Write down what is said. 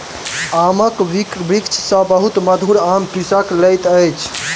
आमक वृक्ष सॅ बहुत मधुर आम कृषक लैत अछि